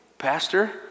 Pastor